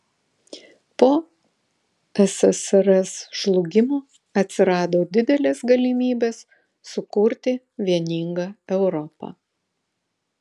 po ssrs žlugimo atsirado didelės galimybės sukurti vieningą europą